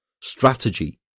strategy